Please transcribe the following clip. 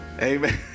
amen